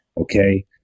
okay